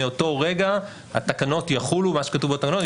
מאותו רגע התקנות יחולו מה שכתוב בתקנות,